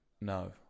No